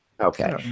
Okay